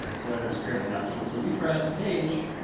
where there's currently nothing, if we refresh the page,